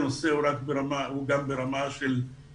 הנושא הוא גם ברמה תודעתית.